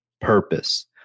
purpose